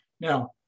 Now